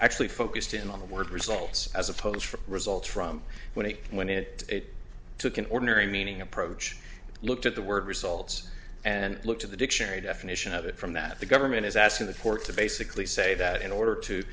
actually focused in on the word results as opposed from results from when it when it took an ordinary meaning approach looked at the word results and looked at the dictionary definition of it from that the government is asking the court to basically say that in order to